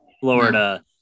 Florida